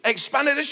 Expanded